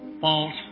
False